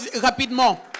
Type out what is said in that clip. rapidement